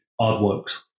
artworks